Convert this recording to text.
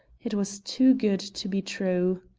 it was too good to be true.